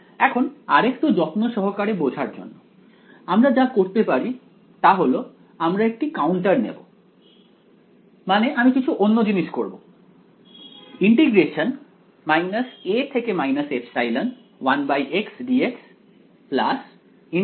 এখন আরেকটু যত্ন সহকারে বোঝার জন্য আমরা যা করতে পারি তা হল আমরা একটি কাউন্টার নেব মানে আমি কিছু অন্য জিনিস করবো করা যাক